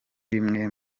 bimwe